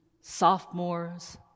sophomores